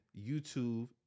YouTube